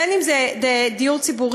בין אם זה דיור ציבורי,